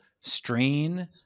strain